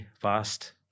fast